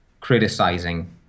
criticizing